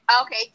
okay